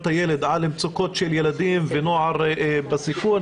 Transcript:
הילד על מצוקות של ילדים ונוער בסיכון